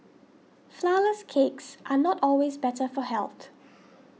Flourless Cakes are not always better for health